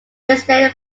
instead